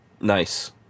nice